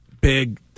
big